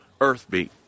EarthBeat